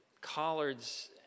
Collards